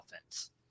offense